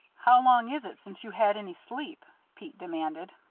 how long is it since you had any sleep? pete demanded.